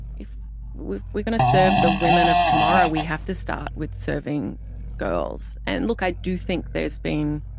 if we're we're gonna serve the women of tomorrow, we have to start with serving girls. and look, i do think there's been,